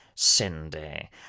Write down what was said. Cindy